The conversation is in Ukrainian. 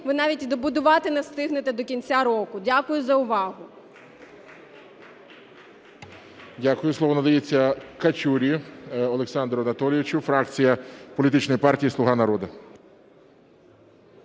ви навіть і добудувати не встигнете до кінця року. Дякую за увагу. ГОЛОВУЮЧИЙ. Дякую. Слово надається Качурі Олександру Анатолійовичу, фракція політичної партії "Слуга народу".